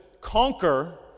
conquer